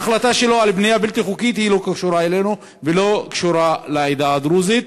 ההחלטה שלו על בנייה בלתי חוקית לא קשורה אלינו ולא קשורה לעדה הדרוזית.